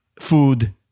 food